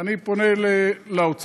אני פונה לאוצר,